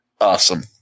Awesome